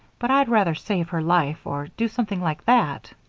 but i'd rather save her life or do something like that.